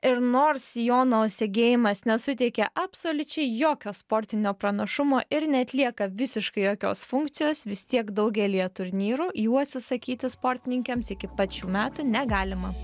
ir nors sijono segėjimas nesuteikia absoliučiai jokio sportinio pranašumo ir neatlieka visiškai jokios funkcijos vis tiek daugelyje turnyrų jų atsisakyti sportininkėms iki pat šių metų negalima